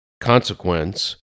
consequence